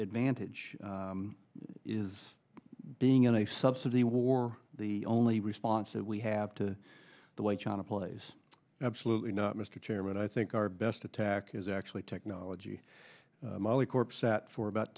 advantage is being in a subsidy war the only response that we have to the way china plays absolutely not mr chairman i think our best attack is actually technology molycorp sat for about